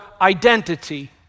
identity